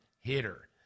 hitter